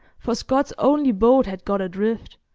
for scott's only boat had got adrift,